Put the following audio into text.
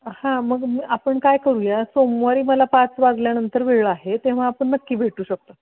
हां मग आपण काय करूया सोमवारी मला पाच वाजल्यानंतर वेळ आहे तेव्हा आपण नक्की भेटू शकतो